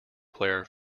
player